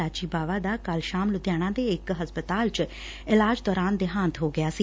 ਲਾਚੀ ਬਾਵਾ ਦਾ ਬੂਧਵਾਰ ਦੀ ਸ਼ਾਮ ਲੁਧਿਆਣਾ ਦੇ ਇਕ ਹਸਪਤਾਲ ਚ ਇਲਾਜ ਦੌਰਾਨ ਦੇਹਾਂਤ ਹੋ ਗਿਆ ਸੀ